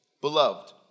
Beloved